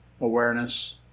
awareness